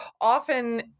often